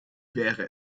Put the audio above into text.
wäre